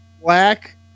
black